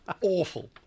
Awful